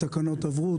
התקנות עברו.